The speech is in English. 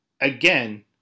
again